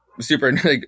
super